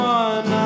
one